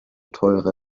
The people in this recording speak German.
teure